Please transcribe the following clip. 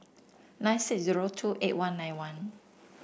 nine six zero two eight one nine one